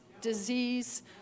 disease